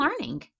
learning